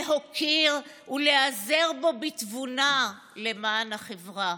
להוקיר ולהיעזר בו בתבונה למען החברה.